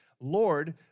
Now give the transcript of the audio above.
Lord